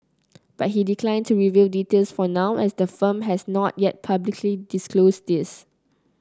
but he declined to reveal details for now as the firm has not yet publicly disclosed these